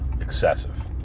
excessive